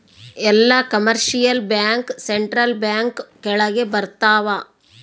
ಎಲ್ಲ commercial bank central bank ಕೆಳಗ ಬರತಾವ